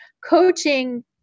coaching